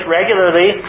regularly